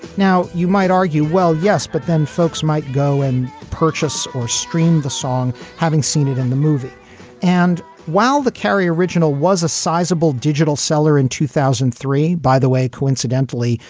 now, you might argue, well, yes, but then folks might go and purchase or stream the song. having seen it in the movie and while the carrie original was a sizable digital seller in two thousand and three, by the way, coincidentally,